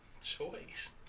choice